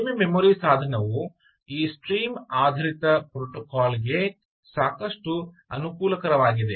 ಕಡಿಮೆ ಮೆಮೊರಿ ಸಾಧನವು ಈ ಸ್ಟ್ರೀಮ್ ಆಧಾರಿತ ಪ್ರೋಟೋಕಾಲ್ಗೆ ಸಾಕಷ್ಟು ಅನುಕೂಲಕರವಾಗಿದೆ